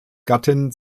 gattin